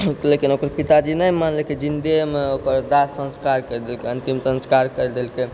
लेकिन ओकर पिताजी नहि मानलकय जिन्देमे ओकर दाह संस्कार करि देलकै अन्तिम संस्कार करि देलकै